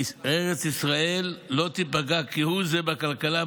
וארץ ישראל לא תיפגע כהוא זה בכלכלה,